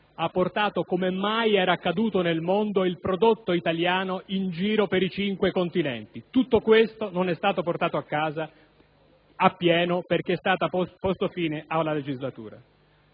ha portato, come mai era accaduto nel mondo, il prodotto italiano in giro per i cinque continenti. Tutto questo non è stato portato a casa appieno perché è stato posto fine alla legislatura.